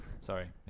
Sorry